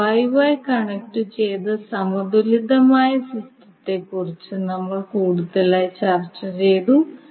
അതിൽ YY കണക്റ്റുചെയ്ത സമതുലിതമായ സിസ്റ്റത്തെക്കുറിച്ച് നമ്മൾ കൂടുതലായി ചർച്ചചെയ്തു